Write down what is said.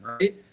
right